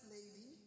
Lady